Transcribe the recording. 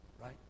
Right